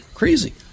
crazy